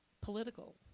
Political